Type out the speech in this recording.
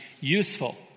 useful